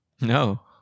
No